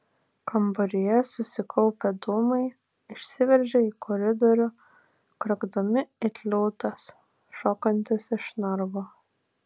kambaryje susikaupę dūmai išsiveržė į koridorių kriokdami it liūtas šokantis iš narvo